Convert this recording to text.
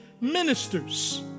ministers